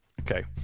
Okay